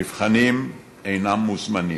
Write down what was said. מבחנים אינם מוזמנים,